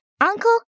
uncle